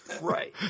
Right